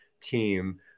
team